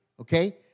Okay